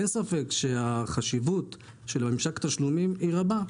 אין ספק שחשיבות ממשק התשלומים היא רבה.